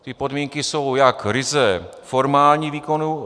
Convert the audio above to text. Ty podmínky jsou jak ryze formální výkonu...